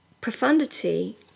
profundity